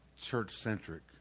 church-centric